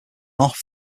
off